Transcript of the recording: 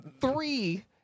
three